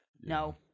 no